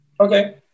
Okay